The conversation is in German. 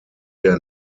der